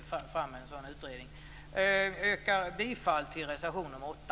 Jag yrkar bifall till reservation nr 8.